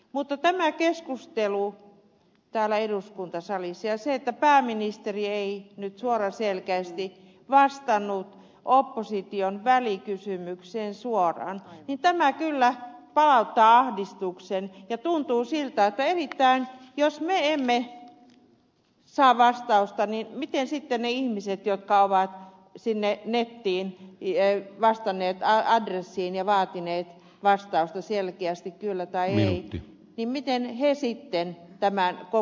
mutta tämä keskustelu täällä eduskuntasalissa ja se että pääministeri ei nyt suoraselkäisesti vastannut opposition välikysymykseen suoraan kyllä palauttaa ahdistuksen ja tuntuu siltä että jos me emme saa vastausta niin miten sitten ne ihmiset jotka ovat sinne nettiin vastanneet adressiin ja vaatineet vastausta selkeästi kyllä tai ei tämän kokevat